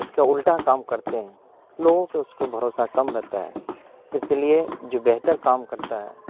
اس کا الٹا کام کرتے ہیں لوگوں پہ اس کو بھروسہ کم رہتا ہے اس لیے جو بہتر کام کرتا ہے